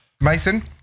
Mason